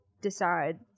decide